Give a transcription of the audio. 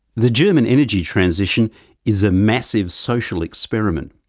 the german energy transition is a massive social experiment.